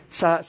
sa